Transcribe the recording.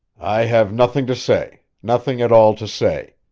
i have nothing to say nothing at all to say,